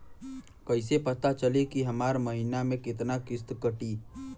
कईसे पता चली की हमार महीना में कितना किस्त कटी?